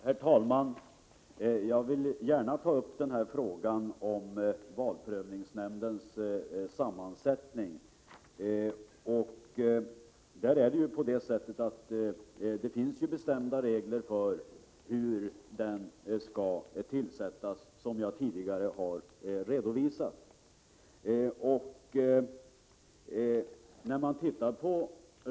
Herr talman! Som jag tidigare har redovisat finns bestämda regler för valprövningsnämndens tillsättande.